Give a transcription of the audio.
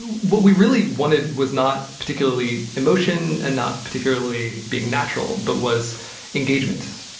what we really wanted was not particularly emotion and not particularly being natural, but was engagement.